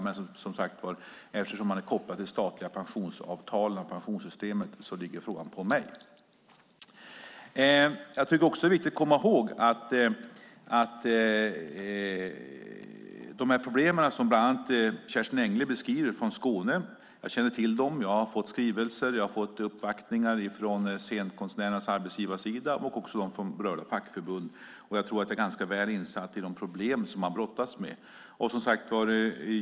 Men, som sagt, eftersom man är kopplad till de statliga pensionsavtalen och det statliga pensionssystemet ligger frågan hos mig. Jag känner till problemen som Kerstin Engle beskriver från Skåne. Jag har fått skrivelser och uppvaktningar från scenkonstnärernas arbetsgivarsida och också från berörda fackförbund, så jag tror att jag är ganska väl insatt i de problem som man brottas med.